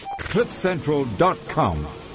Cliffcentral.com